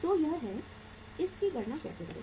तो यह है इस की गणना कैसे करें